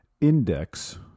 index